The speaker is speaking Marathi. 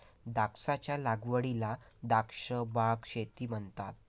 द्राक्षांच्या लागवडीला द्राक्ष बाग शेती म्हणतात